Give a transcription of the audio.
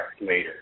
later